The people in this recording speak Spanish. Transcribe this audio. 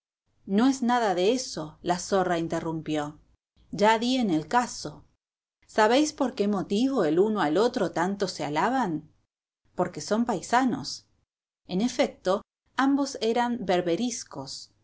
no es nada de eso la zorra interrumpió ya di en el caso sabéis por qué motivo el uno al otro tanto se alaban porque son paisanos en efecto ambos eran berberiscos